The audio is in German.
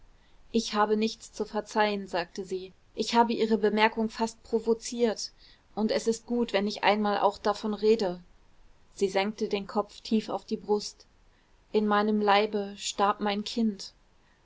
ich habe nichts zu verzeihen sagte sie ich habe ihre bemerkung fast provoziert und es ist gut wenn ich einmal auch davon rede sie senkte den kopf tief auf die brust in meinem leibe starb mein kind